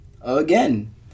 Again